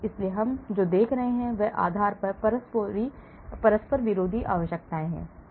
इसलिए हम जो देख रहे हैं उसके आधार पर परस्पर विरोधी आवश्यकताएं हैं